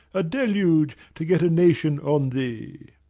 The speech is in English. a deluge, to get a nation on thee.